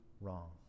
wrong